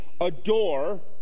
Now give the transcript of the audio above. adore